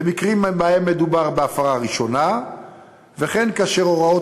במקרים שבהם מדובר בהפרה ראשונה וכאשר הוראות